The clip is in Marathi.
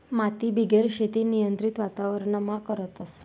मातीबिगेर शेती नियंत्रित वातावरणमा करतस